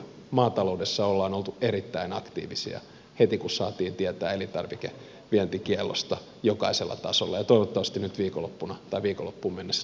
maataloudessa ollaan oltu erittäin aktiivisia heti kun saatiin tietää elintarvikevientikiellosta jokaisella tasolla ja toivottavasti nyt viikonloppuun mennessä